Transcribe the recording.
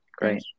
Great